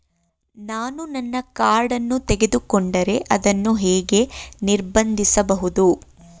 ನಾನು ನನ್ನ ಕಾರ್ಡ್ ಅನ್ನು ಕಳೆದುಕೊಂಡರೆ ಅದನ್ನು ಹೇಗೆ ನಿರ್ಬಂಧಿಸಬಹುದು?